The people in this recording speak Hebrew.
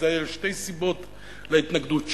ואלה שתי סיבות להתנגדות שלי.